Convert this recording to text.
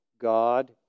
God